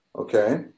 Okay